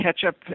ketchup